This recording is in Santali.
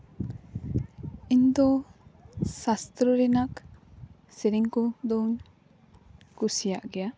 ᱤᱧ ᱫᱚ ᱥᱟᱥᱛᱨᱚ ᱨᱮᱱᱟᱜ ᱥᱮᱨᱮᱧ ᱠᱚᱫᱚᱹᱧ ᱠᱩᱥᱤᱭᱟᱜ ᱜᱮᱭᱟ